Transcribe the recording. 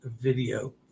video